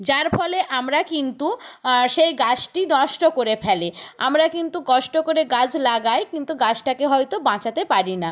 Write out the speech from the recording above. যার ফলে আমরা কিন্তু সেই গাছটি নষ্ট করে ফেলে আমরা কিন্তু কষ্ট করে গাছ লাগাই কিন্তু গাছটাকে হয়তো বাঁচাতে পারি না